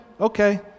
okay